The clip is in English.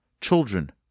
Children